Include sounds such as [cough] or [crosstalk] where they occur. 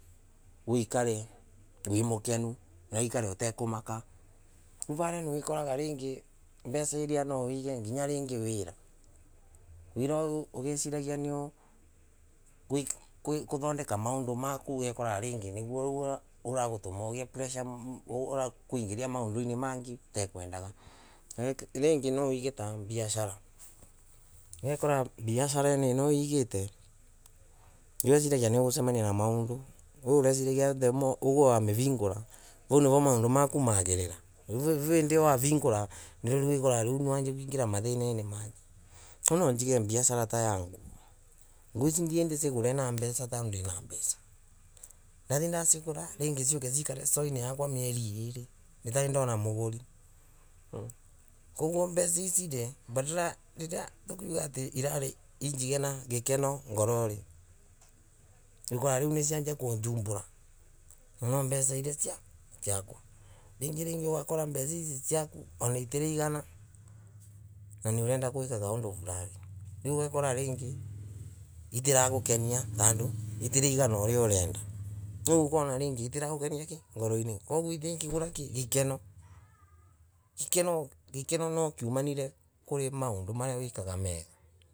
Uikara wi mukenu na uikare utakomaka, riu vari niwikoraga ranga mbeca iria nawawige nginya ringi inira wira uyu ugasiraga niu uigui kutothondeka maondo maku ugekora rangay nigue riu uragotoma ugie pressure ugakoingaria maondainay mangay utakwendaga; rangay nwowigotabiasara, ugekora biasarainay ino uigate ugasiragia niugocemania maondo, we uresiragia the more uguo ukamavingora vau nivo maondo maku magiriri, riu vindi wa vingora niririo ikoraga riu wambia kuingara mathanai mangay, kogue nwa njige mbiasarataya nguo, nguo ici ndithie ndiciogore na mbeca tando nday na mbeca, ndathie ndacigora ringi ciuke ciakare stoinay yakwa mieri riri itari ndona muguri. mmh, koguo mbeca ici ray mbadala ya riria atikuga ati irari ingige na gakeno ngorori, riu kwonariu nisianjia kunjumbora nondo wa mbeca iria ciakwa, ringi, ugakora mbeca ici ciaku ana itirayigana na niurenda gwika kaonalo flani riu ugekora ringi itiragukenia tando [noise] itiraigana uria urenda tia kwona riu kwona ringi itiragokeniakay ngoroinay kogue itingigoikay, gikeno, gikeno nwa kiumanire kwi maondo maria wikagamega.